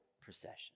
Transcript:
procession